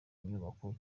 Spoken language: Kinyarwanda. nyubako